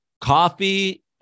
Coffee